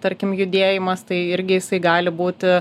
tarkim judėjimas tai irgi jisai gali būti